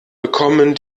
bekommen